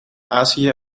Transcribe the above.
azië